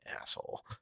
asshole